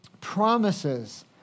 promises